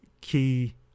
key